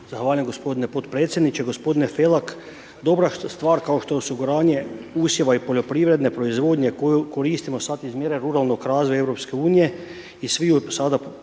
Hvala vam g. potpredsjedniče. g. Felak, dobra stvar kao što su granje usjeva i poljoprivredne proizvodnje koju koristimo sad iz mjere ruralnog razvoja EU i svi ju sada